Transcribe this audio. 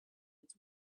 its